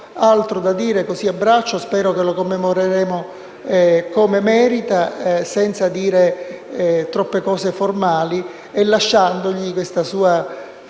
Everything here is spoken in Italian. altro da dire, così a braccio, ma spero che lo commemoreremo come merita, senza dire troppe cose formali e lasciandogli la sua